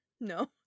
No